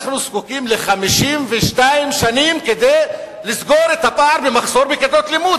אנחנו זקוקים ל-52 שנים כדי לסגור את הפער במחסור בכיתות לימוד.